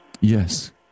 Yes